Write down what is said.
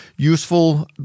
useful